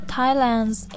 Thailand's